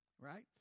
Right